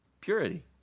Purity